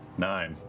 nine.